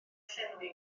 llenwi